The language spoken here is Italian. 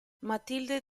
matilde